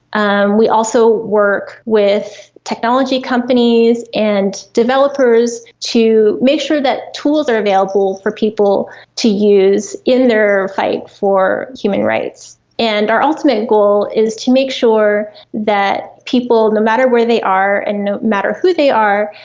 um we also work with technology companies and developers to make sure that tools are available for people to use in their fight for human rights. and our ultimate goal is to make sure that people, no matter where they are and no matter who they are,